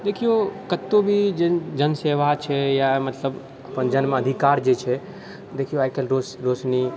देखियो कतौ भी जे जन सेवा छै या मतलब अपन जन्माधिकार जे छै देखियौ आइ कल्हि रो रोशनी